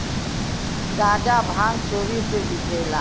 गांजा भांग चोरी से बिकेला